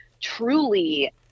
truly